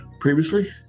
previously